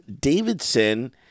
Davidson